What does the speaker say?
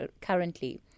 currently